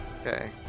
Okay